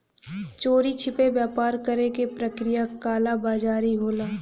चोरी छिपे व्यापार करे क प्रक्रिया कालाबाज़ारी होला